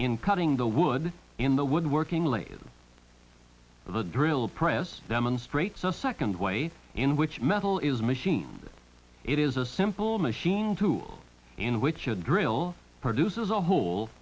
in cutting the wood in the wood working late in the drill press demonstrates the second way in which metal is machine it is a simple machine tool in which a drill produces a hole